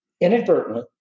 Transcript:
inadvertently